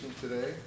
today